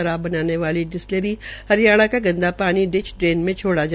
शराब बनाने वाली डिस्लटली हरियाणा का गंदा पानी डिच ड्रेन में छोड़ा रहा है